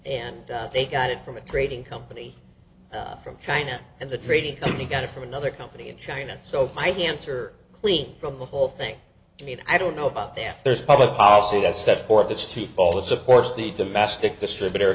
and they got it from a trading company from china and the trading company got it from another company in china so my answer clean from the whole thing i mean i don't know about them there's public policy that's set forth it's twofold it supports the domestic distributor